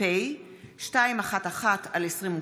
פ/211/22: